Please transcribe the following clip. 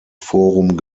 forum